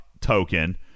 token –